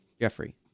Jeffrey